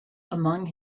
among